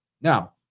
Now